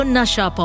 Nasha